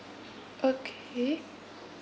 okay